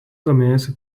domėjosi